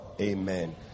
Amen